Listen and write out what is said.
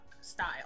style